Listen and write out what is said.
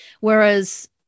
Whereas